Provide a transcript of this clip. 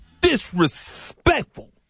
disrespectful